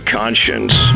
conscience